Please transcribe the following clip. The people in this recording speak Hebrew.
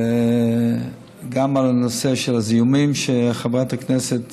וגם בנושא של הזיהומים, שחברת הכנסת